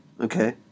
Okay